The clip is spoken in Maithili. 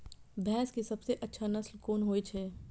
भैंस के सबसे अच्छा नस्ल कोन होय छे?